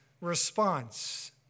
response